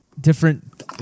different